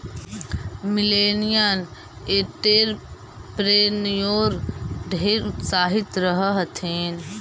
millennial entrepreneur ढेर उत्साहित रह हथिन